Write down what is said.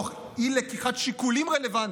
אם התקבלו תוך אי-שקילת שיקולים רלוונטיים,